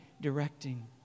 directing